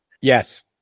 Yes